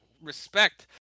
respect